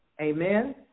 Amen